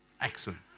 Excellent